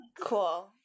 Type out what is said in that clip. Cool